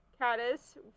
Caddis